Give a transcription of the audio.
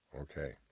okay